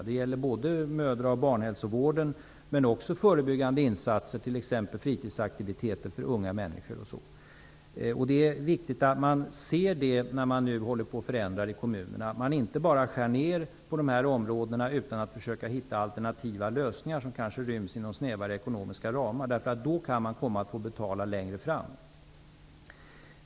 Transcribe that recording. Det gäller både mödra och barnahälsovården, men också förebyggande insatser, t.ex. fritidsaktiviter för unga människor. Det är viktigt att man ser det när man nu håller på att förändra i kommunerna, så att man inte bara skär ner på de här områdena utan att försöka hitta alternativa lösningar som kanske ryms inom snävare ekonomiska ramar. Då kan man komma att få betala längre fram.